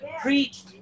preach